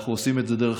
אנחנו עושים את זה דרך